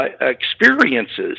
experiences